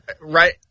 right